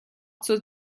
zur